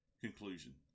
conclusion